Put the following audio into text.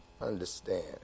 Understand